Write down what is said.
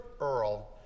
Earl